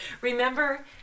remember